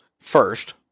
first